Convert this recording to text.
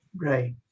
Right